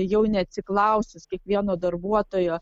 jau neatsiklausęs kiekvieno darbuotojo